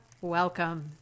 welcome